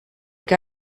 que